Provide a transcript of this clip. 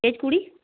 পেঁয়াজ কুড়ি